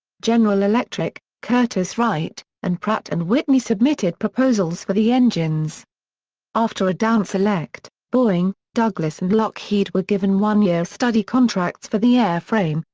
general electric, curtiss-wright, and pratt and whitney submitted proposals for the engines after a downselect, boeing, douglas and lockheed were given one-year study contracts for the airframe,